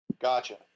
Gotcha